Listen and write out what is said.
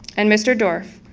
and mr. dorff.